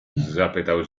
zapytał